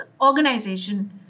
organization